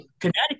Connecticut